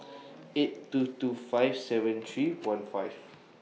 eight two two five seven three one five